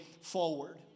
forward